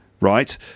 right